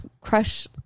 crush